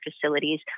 facilities